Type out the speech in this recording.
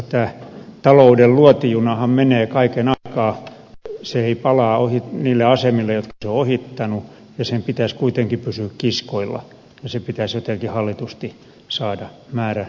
tämä talouden luotijunahan menee kaiken aikaa se ei palaa niille asemille jotka se on ohittanut ja sen pitäisi kuitenkin pysyä kiskoilla ja se pitäisi jotenkin hallitusti saada määräasemalle